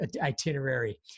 itinerary